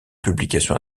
publications